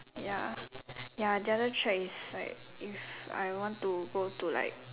ya ya the other track is like if I want to go to like